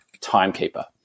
timekeeper